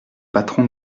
patron